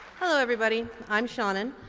hello everybody, i'm seanan.